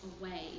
away